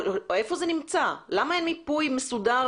למה אין מיפוי מסודר